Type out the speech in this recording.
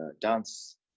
dance